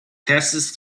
passes